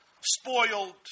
spoiled